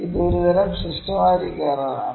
ഇത് ഒരുതരം systematic error ആണ്